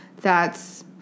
that's-